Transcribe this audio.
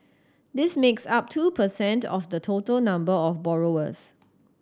this makes up two per cent of the total number of borrowers